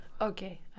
okay